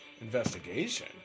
Investigation